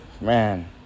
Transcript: man